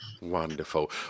wonderful